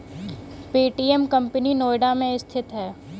Paytm company Noida में स्थित है